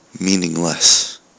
meaningless